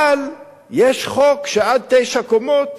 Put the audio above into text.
אבל יש חוק שעד תשע קומות